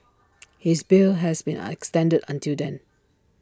his bail has been extended until then